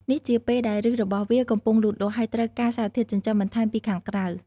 នេះជាពេលដែលឫសរបស់វាកំពុងលូតលាស់ ហើយត្រូវការសារធាតុចិញ្ចឹមបន្ថែមពីខាងក្រៅ។